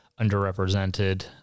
underrepresented